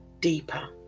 deeper